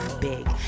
big